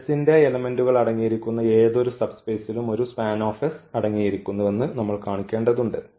S ന്റെ എലെമെന്റുകൾ അടങ്ങിയിരിക്കുന്ന ഏതൊരു സബ് സ്പേസിലും ഒരു SPAN അടങ്ങിയിരിക്കുന്നുവെന്ന് നമ്മൾ കാണിക്കേണ്ടതുണ്ട്